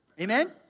Amen